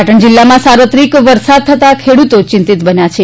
પાટણ જિલ્લામાં સાર્વત્રિક વરસાદ થતા ખેડૂતો ચિંતિત બન્યા છે